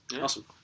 Awesome